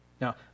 Now